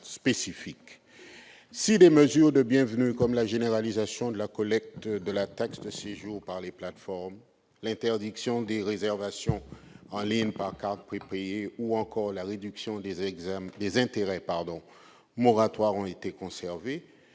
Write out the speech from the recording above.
Si des mesures bienvenues, comme la généralisation de la collecte de la taxe de séjour par les plateformes, l'interdiction des réservations en ligne par cartes prépayées, ou encore la réduction des intérêts moratoires, ont été conservées,